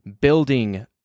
building